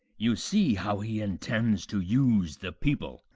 you see how he intends to use the people.